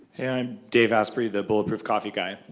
and dave asprey, the bulletproof coffee guy.